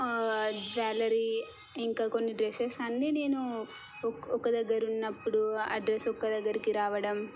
jewellery ఇంకా కొన్ని dresses అన్నీ నేను ఒక దగ్గర ఉన్నప్పుడు అడ్రస్ ఒక్క దగ్గరికి రావడం